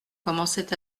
commençait